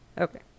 okay